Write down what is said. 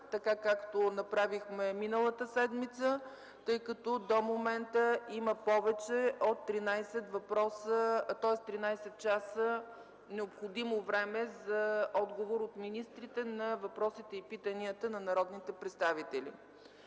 така както направихме миналата седмица, тъй като до момента има повече от 13 часа необходимо време за отговор от министрите на въпросите и питанията на народните представители.